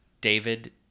David